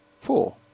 four